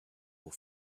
will